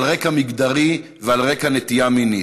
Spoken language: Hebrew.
על רקע מגדרי ועל רקע נטייה מינית.